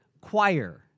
choir